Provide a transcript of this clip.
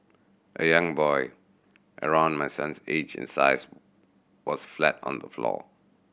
a young boy around my son's age and size was flat on the floor